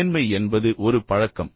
மேன்மை என்பது ஒரு பழக்கம்